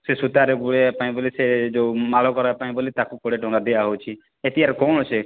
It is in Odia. ସେ ସୂତାରେ ଗୁଡ଼େଇବା ପାଇଁ ବୋଲି ସେ ଯେଉଁ ମାଳ କରିବା ପାଇଁ ବୋଲି ତାକୁ କୋଡ଼ିଏ ଟଙ୍କା ଦିଆ ହେଉଛି କ'ଣ ସେ